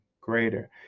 greater